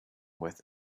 with